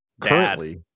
Currently